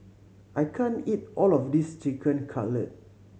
I can't eat all of this Chicken Cutlet